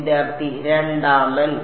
വിദ്യാർത്ഥി രണ്ടാമൻ